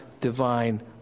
divine